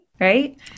right